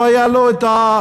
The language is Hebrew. לא הייתה לו היכולת,